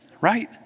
Right